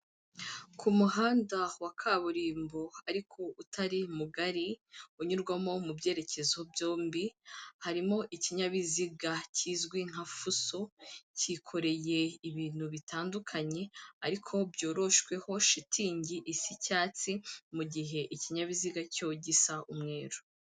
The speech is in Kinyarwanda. Ku muhanda wa kaburimbo ariko utari mugari, unyurwamo mu byerekezo byombi, harimo ikinyabiziga kizwi nka fuso, cyikoreye ibintu bitandukanye ariko byoroshweho shitingi isa icyatsi, mu gihe ikinyabiziga cyo gisa umweru.